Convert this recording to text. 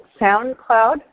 SoundCloud